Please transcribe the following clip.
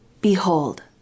behold